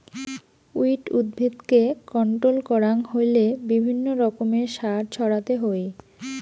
weed উদ্ভিদকে control করাং হইলে বিভিন্ন রকমের সার ছড়াতে হই